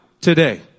today